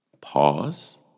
Pause